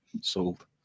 sold